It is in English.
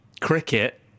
cricket